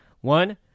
One